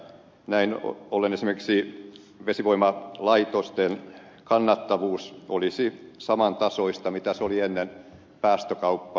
näin ollen esimerkiksi vesivoimalaitosten kannattavuus olisi saman tasoista mitä se oli ennen päästökauppaa